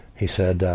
he said,